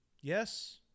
yes